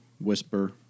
whisper